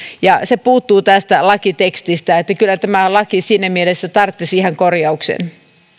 se puuttuu tästä lakitekstistä eli kyllä tämä laki siinä mielessä tarvitsisi ihan korjauksen